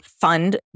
fund